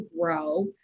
grow